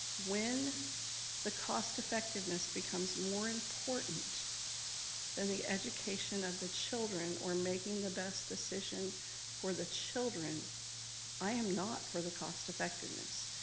when the cost effectiveness becomes more important than the education of the children or making the best decision for the children i am not for the cost effectiveness.